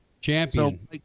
champion